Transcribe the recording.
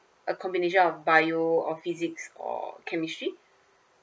a combination of bio or physics or chemistry